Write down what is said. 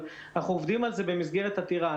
אבל אנחנו עובדים על זה במסגרת עתירה.